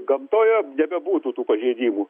gamtoje nebebūtų tų pažeidimų